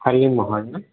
हरिः ओं महोदय